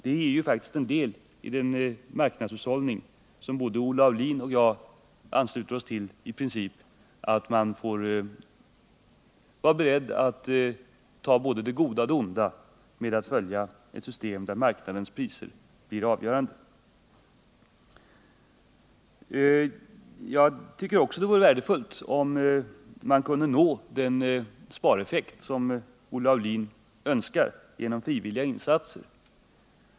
Det ingår ju faktiskt i den marknadshushållning som både Olle Aulin och jag i princip ansluter oss till att man får vara beredd att ta både det goda och det onda med att följa ett system som innebär att marknadens priser blir avgörande. Vidare tycker jag att det vore värdefullt om man kunde nå den spareffekt som Olle Aulin förespråkar genom frivilliga insatser.